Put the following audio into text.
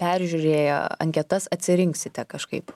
peržiūrėję anketas atsirinksite kažkaip